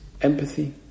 empathy